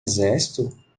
exército